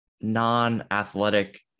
non-athletic